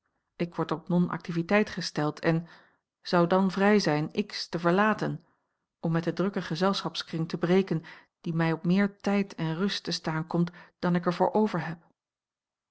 ik word op nonactiviteit gesteld en zou dan vrij zijn x te verlaten om met den drukken gezelschapskring te breken die mij op meer tijd en rust te staan komt dan ik er voor over heb